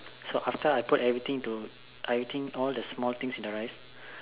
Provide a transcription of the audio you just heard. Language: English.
so after I put everything into everything small thing into the rice